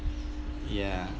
ya